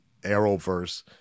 Arrowverse